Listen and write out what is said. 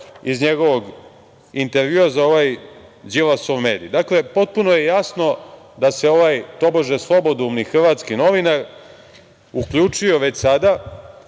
iz njegovog intervjua za ovaj Đilasov medij. Dakle, potpuno je jasno da se ovaj tobože slobodoumnih hrvatski novinar uključio već sada